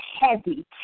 heavy